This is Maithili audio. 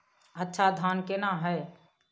अच्छा धान केना हैय?